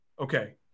Okay